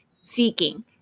seeking